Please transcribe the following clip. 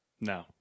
No